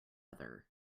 other